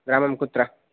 ग्रामं कुत्र